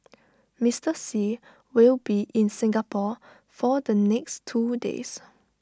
Mister Xi will be in Singapore for the next two days